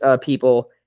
people